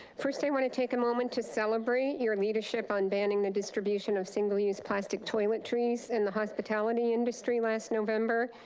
first i want to take a moment to celebrate your leadership on banning the distribution of single use plastic toiletries in the hospitality industry last november,